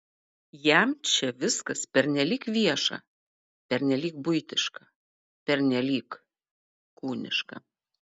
jam čia viskas pernelyg vieša pernelyg buitiška pernelyg kūniška